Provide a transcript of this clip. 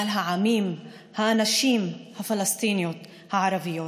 מעל העמים, האנשים, הפלסטיניות, הערביות.